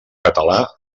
català